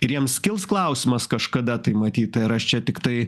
ir jiems kils klausimas kažkada tai matyt ir aš čia tiktai